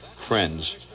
friends